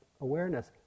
awareness